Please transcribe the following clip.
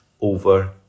over